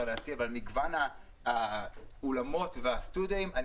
להציע ועל מגוון האולמות והסטודיואים,